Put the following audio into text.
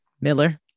Miller